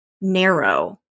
narrow